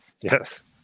Yes